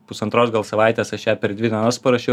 pusantros gal savaitės aš ją per dvi dienas parašiau